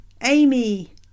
Amy